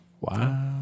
Wow